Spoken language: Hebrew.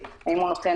אתה עוסק